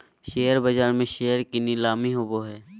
share बाज़ार में share के नीलामी होबो हइ